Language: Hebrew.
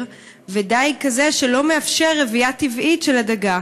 ודיג כזה שלא מאפשר רבייה טבעית של הדגה.